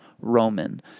Roman